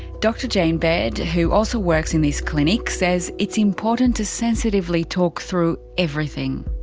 dr jane baird, who also works in this clinic, says it's important to sensitively talk through everything.